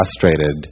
frustrated